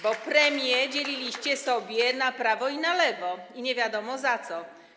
Bo premie dzieliliście sobie na prawo i na lewo, nie wiadomo za co.